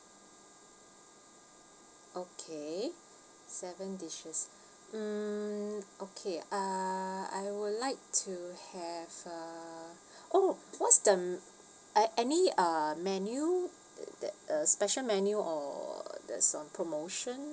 okay seven dishes um okay uh I would like to have uh oh what's the m~ a~ any uh menu the the a special menu or that's on promotion